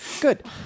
good